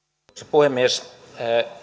puhemies